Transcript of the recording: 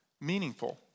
meaningful